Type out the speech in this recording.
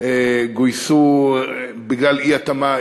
גויסו בגלל אי-התאמה,